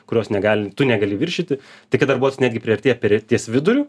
kurios negali tu negali viršyti tai kai darbuotojas netgi priartėja prie ties viduriu